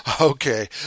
okay